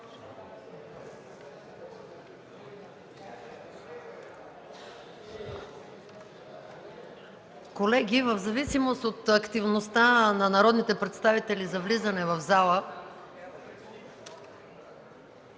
Колеги, в зависимост от активността на народните представители за влизане в залата,